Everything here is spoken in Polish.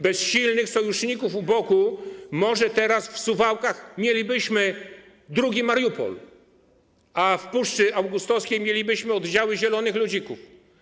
Bez silnych sojuszników u boku może teraz w Suwałkach mielibyśmy drugi Mariupol, a w Puszczy Augustowskiej mielibyśmy oddziały zielonych ludzików.